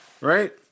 Right